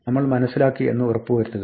നമ്മൾ മനസ്സിലാക്കി എന്ന് ഉറപ്പ് വരുത്തുക